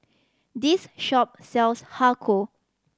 this shop sells Har Kow